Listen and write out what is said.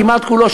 כמעט כולו,